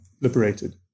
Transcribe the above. liberated